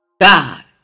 God